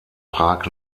prag